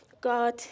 God